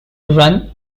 run